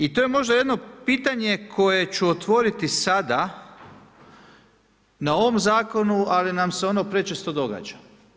I to je možda jedno pitanje koje ću otvoriti sada na ovom zakonu, ali nam se ono prečesto događa.